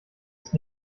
ist